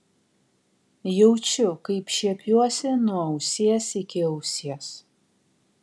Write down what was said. jaučiu kaip šiepiuosi nuo ausies iki ausies